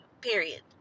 Period